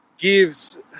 Gives